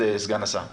בני,